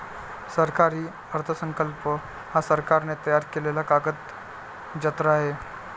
सरकारी अर्थसंकल्प हा सरकारने तयार केलेला कागदजत्र आहे